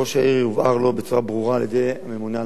הובהר לו בצורה ברורה על-ידי הממונה על המחוז